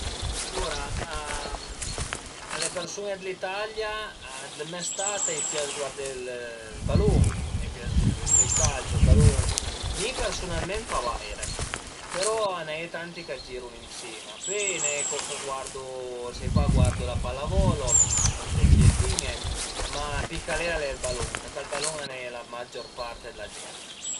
Alura a le persun-e dë l'Italia, dë me stat, a i pias guardé ël balun, a i pias vëddi ël calcio, ël balun. Mi persunalment pa vaire, però a i n'a ie tanti ch'a giru li ën sima, pöi a n'a ie co ch'a guardu sai pa ch'a guardu la pallavolo, d'le fi-iëtin-e, ma pi cal e al e ël balun, tacà al balun a ie la magior part d'la gent